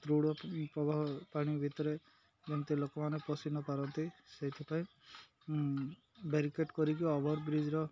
ଦୃଢ଼ ପ୍ରବାହ ପାଣି ଭିତରେ ଯେମିତି ଲୋକମାନେ ପଶି ନ ପାରନ୍ତି ସେଇଥିପାଇଁ ବ୍ୟାରିକେଟ୍ କରିକି ଓଭର୍ ବ୍ରିଜ୍ର